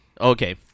Okay